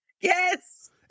Yes